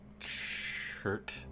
Shirt